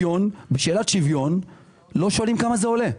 בשאלת שוויון לא שואלים כמה זה עולה.